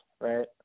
right